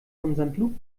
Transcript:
von